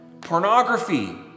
pornography